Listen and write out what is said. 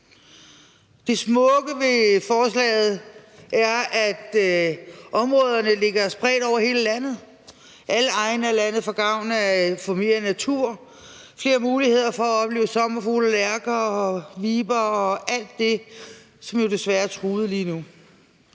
Det smukke ved forslaget er, at områderne ligger spredt over hele landet. Alle egne af landet får gavn af at få mere natur; flere muligheder for at opleve sommerfugle, lærker, viber og alt det, som jo desværre er truet lige nu.